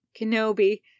Kenobi